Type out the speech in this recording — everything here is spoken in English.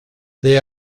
they